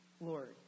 Lord